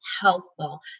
helpful